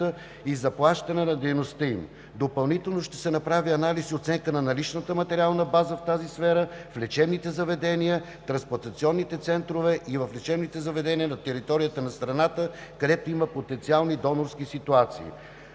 и заплащане на дейността им. Допълнително ще се направи анализ и оценка на наличната материална база в тази сфера в лечебните заведения, трансплантационните центрове и в лечебните заведения на територията на страната, където има потенциални донорски ситуации.